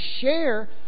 share